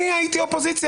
אני הייתי אופוזיציה.